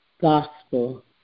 gospel